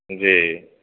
جی